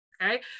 okay